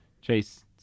chase